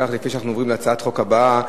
לפני שאנחנו עוברים להצעת החוק הבאה,